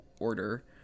order